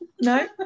No